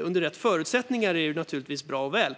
Under rätt förutsättningar är det naturligtvis bra.